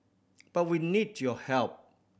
but we need your help